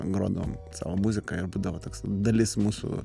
grodavom savo muziką ir būdavo toks dalis mūsų